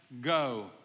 go